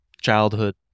childhood